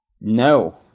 No